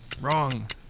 Wrong